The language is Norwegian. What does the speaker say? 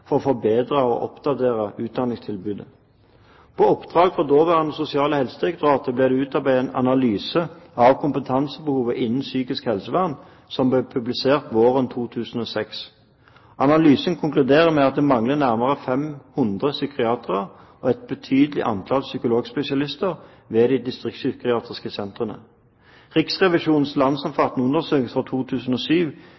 for å forbedre og oppdatere utdanningstilbudet. På oppdrag for det daværende Sosial- og helsedirektoratet ble det utarbeidet en analyse av kompetansebehovet innen psykisk helsevern, som ble publisert våren 2006. Analysen konkluderer med at det mangler nærmere 500 psykiatere og et betydelig antall psykologspesialister ved de distriktspsykiatriske sentrene. Riksrevisjonens